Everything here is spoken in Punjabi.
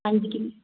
ਹਾਂਜੀ ਕਿੰਨ